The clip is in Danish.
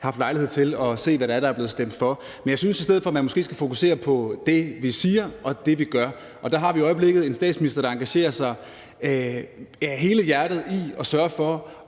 haft lejlighed til at se, hvad det er, der er blevet stemt for. Men jeg synes, at man måske i stedet for skulle fokusere på det, vi siger, og det, vi gør. Og der har vi i øjeblikket en statsminister, der engagerer sig af hele hjertet i at sørge for